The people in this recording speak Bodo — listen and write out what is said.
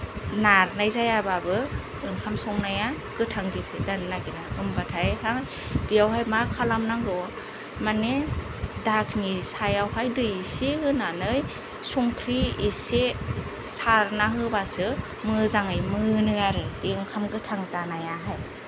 नारनाय जायाबाबाबो ओंखाम संनाया गोथां गेफे जानो नागिरो होमब्लाथाय बेयावहाय मा खालामनांगौ माने धाकनि सायावहाय दै इसे होनानै संख्रि इसे सारना होबासो मोजाङै मोनो आरो बे ओंखाम गोथां जानायाहाय